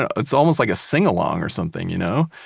ah it's almost like a sing-along or something you know?